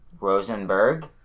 Rosenberg